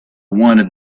wanted